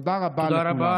תודה רבה לכולם.